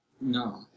No